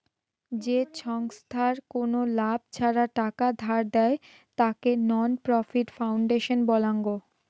যে ছংস্থার কোনো লাভ ছাড়া টাকা ধার দেয়, তাকে নন প্রফিট ফাউন্ডেশন বলাঙ্গ